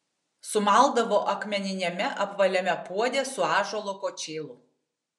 sumaldavo akmeniniame apvaliame puode su ąžuolo kočėlu